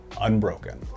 unbroken